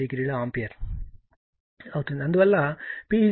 70 ampere అవుతుంది